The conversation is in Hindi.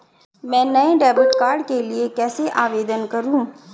मैं नए डेबिट कार्ड के लिए कैसे आवेदन करूं?